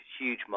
huge